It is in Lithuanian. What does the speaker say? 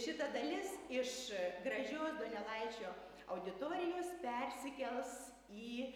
šita dalis iš gražio donelaičio auditorijos persikels į